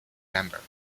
member